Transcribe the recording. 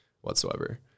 whatsoever